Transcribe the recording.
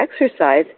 exercise